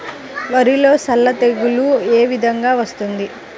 వరిలో సల్ల తెగులు ఏ విధంగా వస్తుంది?